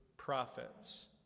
prophets